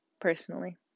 personally